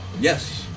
Yes